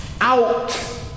out